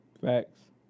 Facts